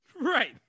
Right